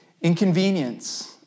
inconvenience